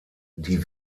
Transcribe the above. die